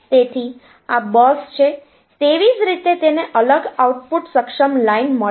તેથી આ બસ છે તેવી જ રીતે તેને અલગ આઉટપુટ સક્ષમ લાઇન મળી છે